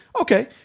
Okay